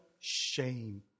shame